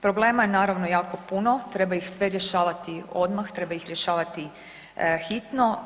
Problema je naravno jako puno, treba ih sve rješavati odmah, treba ih rješavati hitno.